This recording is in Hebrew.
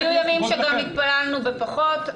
כבר היו ימים שהתפללנו עם פחות אנשים.